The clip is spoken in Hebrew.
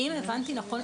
אם הבנתי נכון,